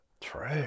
True